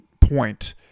point